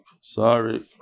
Sorry